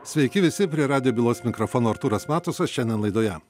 sveiki visi prie radijo bylos mikrofono artūras matusas šiandien laidoje